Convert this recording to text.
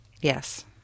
Yes